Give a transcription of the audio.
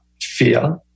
fear